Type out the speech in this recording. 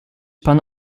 pan